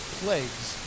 plagues